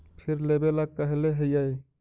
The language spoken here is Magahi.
फिर लेवेला कहले हियै?